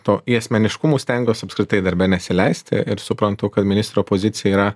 to į asmeniškumus stengiuos apskritai darbe nesileisti ir suprantu kad ministro pozicija yra